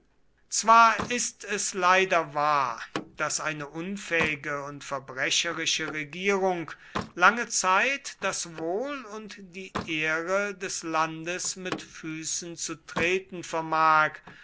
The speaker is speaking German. zwar ist es leider wahr daß eine unfähige und verbrecherische regierung lange zeit das wohl und die ehre des landes mit füßen zu treten vermag